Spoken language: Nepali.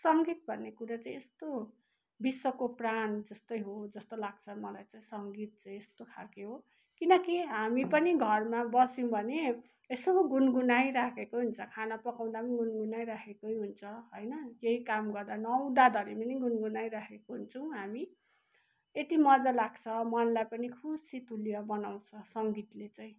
सङ्गीत भन्ने कुरो चाहिँ यस्तो हो विश्वको प्राण जस्तै हो लाग्छ मलाई चाहिँ सङ्गीत चाहिँ यस्तो खालके हो किनकि हामी पनि घरमा बस्यौँ भने यसो गुनगुनाइराखेको हुन्छ खाना पकाउँदा पनि गुनगुनाइराखेकै हुन्छ होइन केही काम गर्दा नुहाउँदा धरि पनि गुनगुनाइराखेको हुन्छौँ हामी यति मजा लाग्छ मनलाई पनि खुसीतुल्य बनाउँछ सङ्गीतले चाहिँ